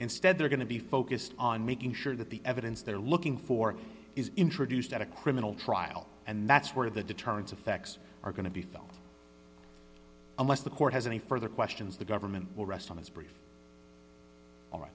instead they're going to be focused on making sure that the evidence they're looking for is introduced at a criminal trial and that's where the deterrence effects are going to be felt unless the court has any further questions the government will rest on his b